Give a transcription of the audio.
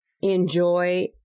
Enjoy